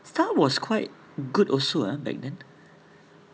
Starhub was quite good also ah back then